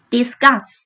Discuss